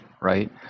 Right